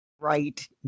right